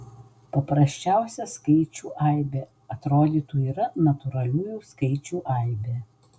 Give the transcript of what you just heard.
paprasčiausia skaičių aibė atrodytų yra natūraliųjų skaičių aibė